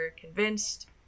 convinced